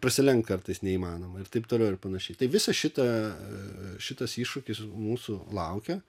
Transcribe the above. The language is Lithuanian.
prasilenkt kartais neįmanoma ir taip toliau ir panašiai tai visa šita šitas iššūkis mūsų laukia